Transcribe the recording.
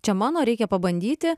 čia mano reikia pabandyti